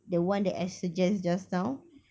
the one that is suggest just now